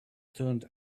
turned